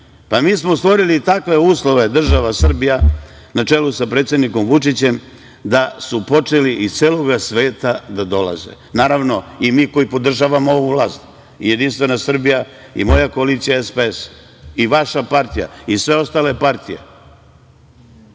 mi smo stvorili takve uslove, država Srbija, na čelu sa predsednikom Vučićem da su počeli iz celog sveta da dolaze. Naravno, i mi koji podržavamo ovu vlast, JS i moja koalicija SPS i vaša partija i sve ostale partije